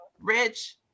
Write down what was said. rich